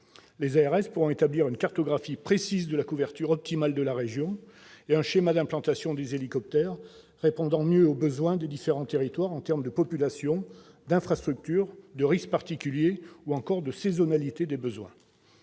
Elles pourront établir une cartographie précise de la couverture optimale de la région et un schéma d'implantation des hélicoptères répondant mieux aux besoins des différents territoires en termes de population, d'infrastructures, de risques particuliers, ou encore de saisonnalité des besoins.